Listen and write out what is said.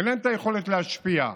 אין להם יכולת להשפיע,